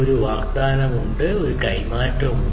അതിനാൽ ഒരു കൈമാറ്റമുണ്ട്